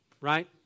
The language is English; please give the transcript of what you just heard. right